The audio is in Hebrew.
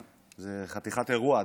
זה חתיכת אירוע,